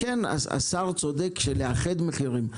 סגן השר צודק שצריך לאחד מחירים,